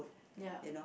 ya